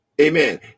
Amen